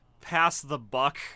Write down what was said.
pass-the-buck